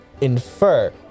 infer